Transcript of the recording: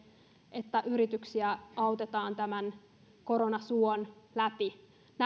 että yrityksiä autetaan tämän koronasuon läpi